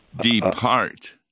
Depart